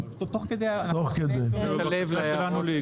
לא אבל תוך כדי, נפנה את תשומת הלב להערות.